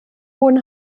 hohen